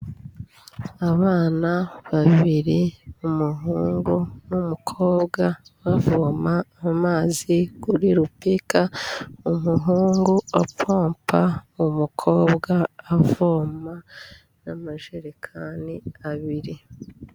Abana babiri umuhungu n'umukobwa bavoma mu mazi kuri rupika, umuhungu apompa umukobwa avoma n'amajerekani abiri.